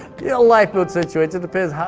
you know, lifeboat situation, it depends.